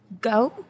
Go